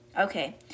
Okay